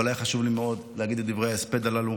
אבל היה לי מאוד חשוב להגיד את דברי ההספד הללו.